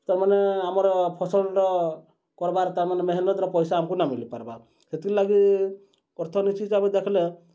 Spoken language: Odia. ତା'ର୍ମାନେ ଆମର ଫସଲ୍ କର୍ବାର୍ ତା'ର୍ମାନେ ମେହନତ୍ର ପଏସା ଆମ୍କୁ ନାଇ ମିଲିପାର୍ବାର୍ ସେଥିର୍ଲାଗି ଅର୍ଥନୀତି ହିସାବ୍ରେ ଦେଖ୍ଲେ